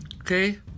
Okay